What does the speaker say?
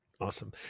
Awesome